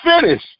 finish